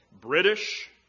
British